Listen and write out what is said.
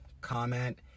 comment